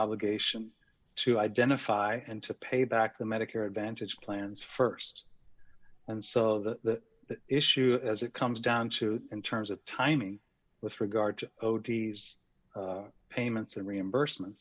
obligation to identify and to pay back the medicare advantage plans st and so that issue as it comes down to in terms of timing with regard to ot's payments and reimbursement